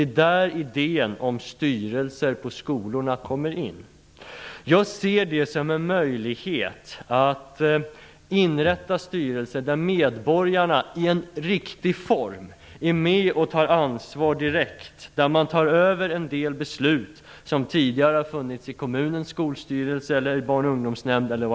Där kommer idén om styrelser på skolorna in. Jag ser det som en möjlighet att inrätta styrelser där medborgarna i en riktig form är med och tar ansvar direkt. Där skall de ta över en del av det ansvar som tidigare har funnits i kommunens skolstyrelser eller barn och ungdomsnämnder.